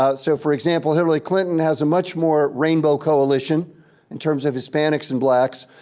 ah so, for example, hillary clinton has a much more rainbow coalition in terms of hispanics and blacks.